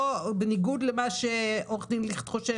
בניגוד למה שעורך הדין ליכט חושש,